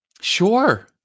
sure